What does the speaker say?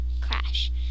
Crash